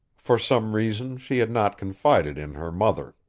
for some reason she had not confided in her mother.